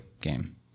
game